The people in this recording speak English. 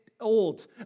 old